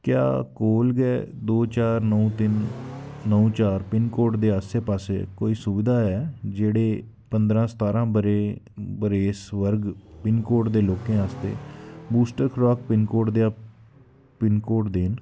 क्या कोल गै दो चार नौ तिन्न नौ चार पिनकोड दे आस्सै पास्सै कोई सुबधा ऐ जेह्ड़े पंदरां सतारां ब'रे बरेस वर्ग पिनकोड दे लोकें आस्तै बूस्टर खराक पिनकोड दे पिनकोड दे न